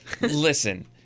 Listen